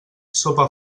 sopa